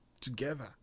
together